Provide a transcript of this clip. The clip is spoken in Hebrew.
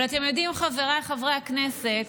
אבל אתם יודעים, חבריי חברי הכנסת,